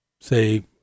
say